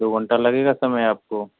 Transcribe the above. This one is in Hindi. दो घंटा लगेगा समय आपको